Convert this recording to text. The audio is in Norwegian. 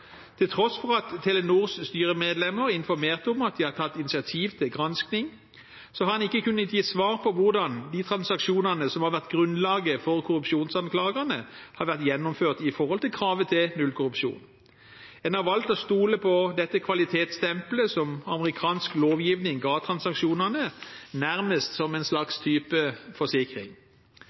Til tross for at Telenors styremedlemmer informerte om at de hadde tatt initiativ til granskning, har en ikke kunnet gi svar på hvordan de transaksjonene som har vært grunnlaget for korrupsjonsanklagene, har vært gjennomført i forhold til kravet til nullkorrupsjon. En har valgt å stole på dette kvalitetsstempelet som amerikansk lovgivning ga transaksjonene, nærmest som en slags type forsikring.